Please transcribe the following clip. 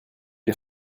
est